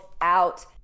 out